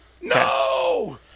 No